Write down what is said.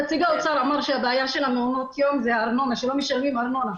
נציג האוצר אמר שהבעיה של המעונות יום זה הארנונה שלא משלמים ארנונה.